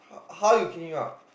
how you kick him out